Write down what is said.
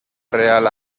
real